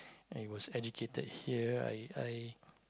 I was educated here I I